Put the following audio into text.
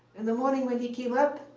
in the morning, when he came up,